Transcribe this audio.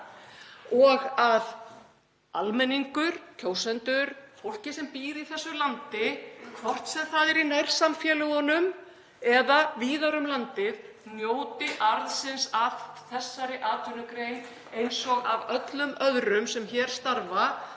og að almenningur, kjósendur, fólkið sem býr í þessu landi, hvort sem það er í nærsamfélögunum eða víðar um landið, njóti arðsins af þessari atvinnugrein eins og öllum öðrum sem hér starfa,